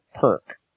perk